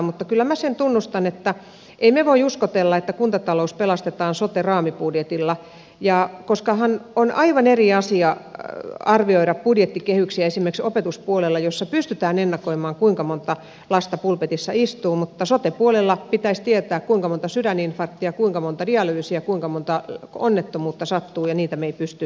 mutta kyllä minä sen tunnustan että emme voi uskotella että kuntatalous pelastetaan sote raamibudjetilla koska on aivan eri asia arvioida budjettikehyksiä esimerkiksi opetuspuolella missä pystytään ennakoimaan kuinka monta lasta pulpetissa istuu kuin sote puolella jossa pitäisi tietää kuinka monta sydäninfarktia kuinka monta dialyysia kuinka monta onnettomuutta sattuu niitä me emme pysty arvioimaan